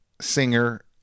singer